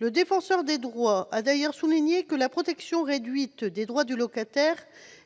Le Défenseur des droits a d'ailleurs souligné que « la protection réduite des droits du locataire